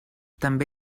també